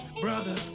brother